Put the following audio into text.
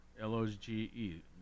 L-O-G-E